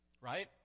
Right